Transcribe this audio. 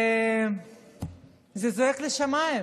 זה זועק לשמיים.